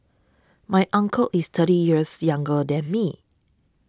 my uncle is thirty years younger than me